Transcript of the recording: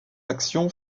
action